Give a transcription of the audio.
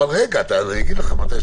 רגע, אני אגיד לך מתי.